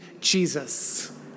Jesus